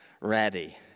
ready